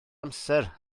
amser